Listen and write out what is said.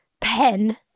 pen